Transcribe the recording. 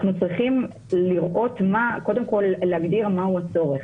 אנחנו צריכים קודם כול להגדיר מה הוא הצורך.